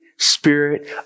Spirit